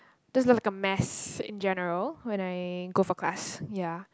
just look like a mess in general when I go for class ya